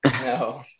No